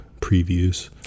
previews